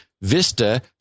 Vista